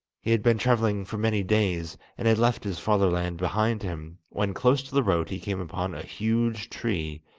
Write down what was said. he had been travelling for many days, and had left his fatherland behind him, when close to the road he came upon a huge tree,